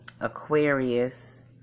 Aquarius